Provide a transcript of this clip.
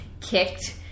kicked